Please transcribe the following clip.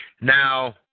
Now